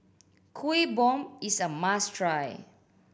Kuih Bom is a must try